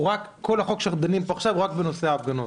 או שכל החוק שאנחנו דנים בו הוא רק בנושא הפגנות?